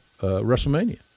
WrestleMania